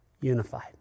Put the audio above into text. unified